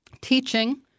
teaching